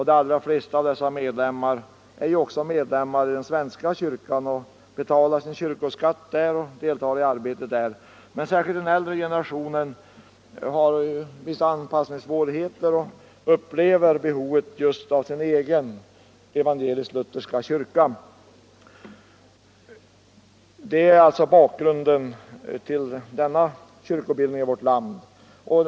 De allra flesta av medlemmarna är också medlemmar i den svenska kyrkan och betalar kyrkoskatt dit samt deltar i dess arbete. Men särskilt den äldre generationen har vissa anpassningssvårigheter och upplever behovet av sin egen evangelisk-lutherska kyrka. Det är alltså bakgrunden till denna kyrkobildning i vårt land.